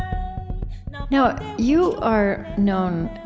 you know you are known